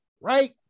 right